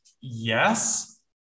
Yes